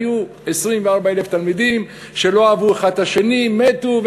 היו 24,000 תלמידים שלא אהבו אחד את השני, מתו,